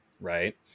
right